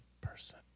Person